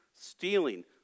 stealing